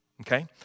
okay